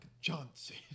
Johnson